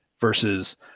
versus